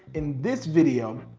in this video,